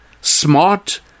smart